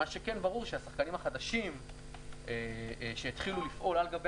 מה שכן ברור שהשחקנים החדשים שהתחילו לפעול על גבי